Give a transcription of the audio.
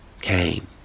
came